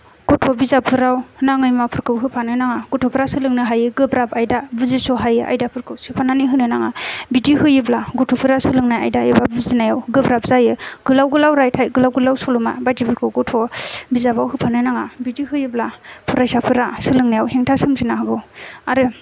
गथ' बिजाबफोराव नाङै मुवाफोरखौ होफानो नाङा गथ'फोरा सोलोंनो हायो गोब्राब आयदा बुजिस'हायै आयदाफोरखौ सोफानानै होनो नाङा बिदि होयोब्ला गथ'फोरा सोलोंनाय आयदा एबा बुजिनायाव गोब्राब जायो गोलाव गोलाव रायथाय गोलाव गोलाव सल'मा बायदिफोरखौ गथ' बिजाबाव होफानो नाङा बिदि होयोब्ला फरायसाफोरा सोलोंनायाव हेंथा सोमजिनो हागौ आरो